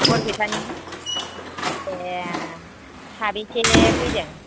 बरपेटानि एह साबैसे फैदों